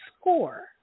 score